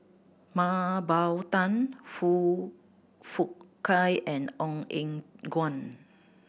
Mah Bow Tan Foong Fook Kay and Ong Eng Guan